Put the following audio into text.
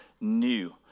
new